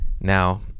Now